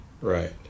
right